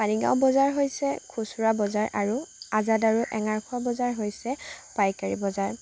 পানীগাঁও বজাৰ হৈছে খুচুৰা বজাৰ আৰু আজাদ আৰু এঙাৰখোৱা বজাৰ হৈছে পাইকাৰী বজাৰ